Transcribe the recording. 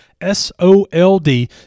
S-O-L-D